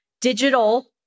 digital